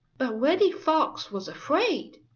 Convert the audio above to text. but reddy fox was afraid.